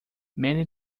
many